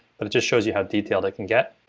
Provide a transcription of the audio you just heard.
but it just shows you how detailed they can get.